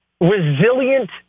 resilient